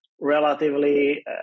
relatively